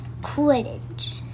Quidditch